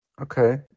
Okay